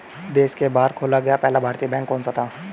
देश के बाहर खोला गया पहला भारतीय बैंक कौन सा था?